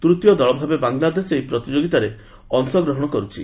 ତୂତୀୟ ଦଳ ଭାବେ ବାଂଲାଦେଶ ଏହି ପ୍ରତିଯୋଗିତାରେ ଅଂଶଗ୍ରହଣ କରିଛି